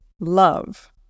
love